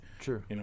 Sure